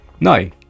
no